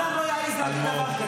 אני לעולם לא אעז להגיד דבר כזה,